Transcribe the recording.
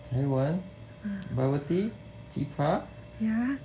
taiwan bubble tea 鸡排